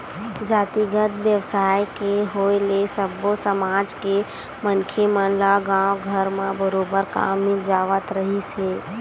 जातिगत बेवसाय के होय ले सब्बो समाज के मनखे मन ल गाँवे घर म बरोबर काम मिल जावत रिहिस हे